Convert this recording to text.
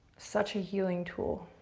such a healing tool.